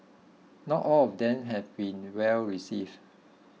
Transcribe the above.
not all of them have been well received